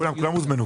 כולם הוזמנו.